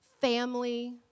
family